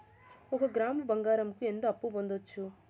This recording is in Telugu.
ఒక గ్రాము బంగారంకు ఎంత అప్పు పొందొచ్చు